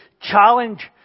challenge